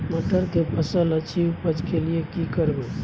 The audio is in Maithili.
मटर के फसल अछि उपज के लिये की करबै?